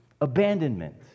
abandonment